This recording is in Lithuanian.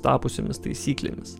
tapusiomis taisyklėmis